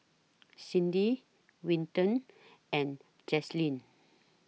Cindy Winton and Jazlynn